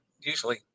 usually